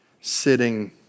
sitting